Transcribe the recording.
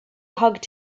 hugged